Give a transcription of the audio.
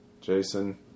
Jason